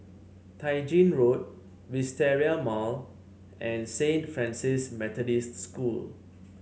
Tai Gin Road Wisteria Mall and Saint Francis Methodist School